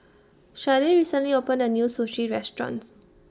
Sharde recently opened A New Sushi restaurants